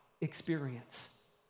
experience